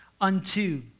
Unto